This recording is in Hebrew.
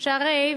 והרי,